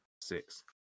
six